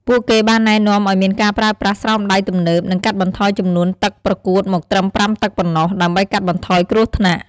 ពួកគេបានណែនាំឱ្យមានការប្រើប្រាស់ស្រោមដៃទំនើប និងកាត់បន្ថយចំនួនទឹកប្រកួតមកត្រឹម ៥ ទឹកប៉ុណ្ណោះ ដើម្បីកាត់បន្ថយគ្រោះថ្នាក់។